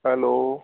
hello